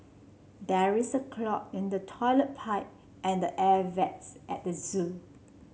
there is a clog in the toilet pipe and air vents at the zoo